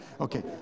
Okay